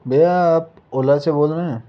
भैया आप ओला से बोल रहे हैं